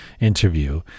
interview